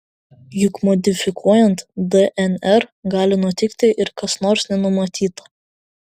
juk modifikuojant dnr gali nutikti ir kas nors nenumatyta